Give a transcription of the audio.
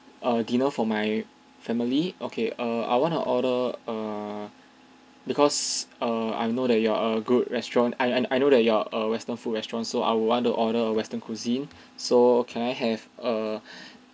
a dinner for my family okay err I wanna order err because err I know that you are a good restaurant I I I know that you are a western food restaurant so I want to order a western cuisine so can I have a